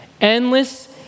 Endless